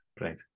Right